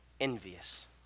envious